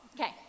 Okay